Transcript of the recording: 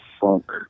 funk